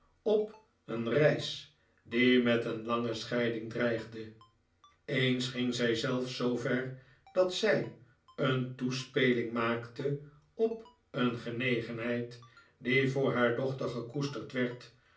op een reis die met een lange scheiding dreigde eens ging zij zelfs zoover dat zij een toespeling maakte op een gehegenheid die voor haar dochter gekoesterd werd